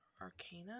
Arcana